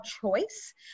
choice